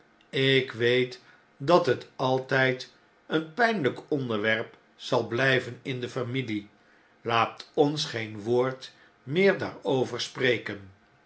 ik weet dat het altijd een pjjnljjk onderwerp zal bljjven in de familie laat ons geen woord meer daarover spreken